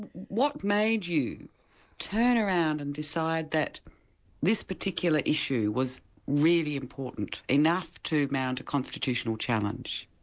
what made you turn around and decide that this particular issue was really important, enough to mount a constitutional challenge?